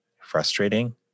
frustrating